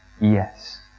Yes